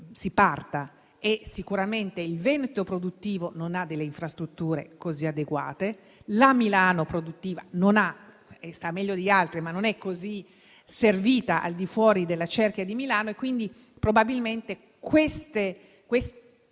perché sicuramente il Veneto produttivo non ha infrastrutture così adeguate. La Milano produttiva sta meglio di altri, ma non è così servita al di fuori della cerchia cittadina, quindi probabilmente questo